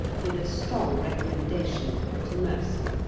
with a strong recommendation to mercy.